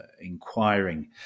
inquiring